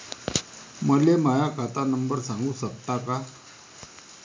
मले माह्या खात नंबर सांगु सकता का?